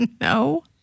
No